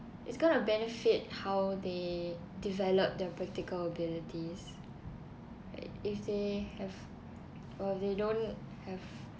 it's gonna benefit how they develop their practical abilities like if they have or they don't have